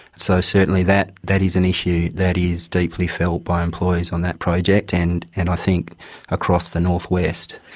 so certainly that that is an issue that is deeply felt by employees on that project and and i think across the north-west.